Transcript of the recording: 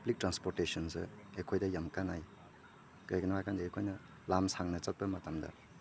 public ꯇ꯭ꯔꯥꯟꯁꯄꯣꯔꯇꯦꯁꯟꯁꯦ ꯑꯩꯈꯣꯏꯗ ꯌꯥꯝ ꯀꯥꯟꯅꯩ ꯀꯩꯒꯤꯅꯣ ꯍꯥꯏ ꯀꯥꯟꯗ ꯑꯩꯈꯣꯏꯅ ꯂꯝ ꯁꯥꯡꯅ ꯆꯠꯄ ꯃꯇꯝꯗ